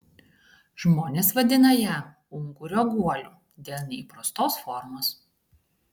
žmonės vadina ją ungurio guoliu dėl neįprastos formos